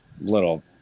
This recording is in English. little